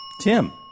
Tim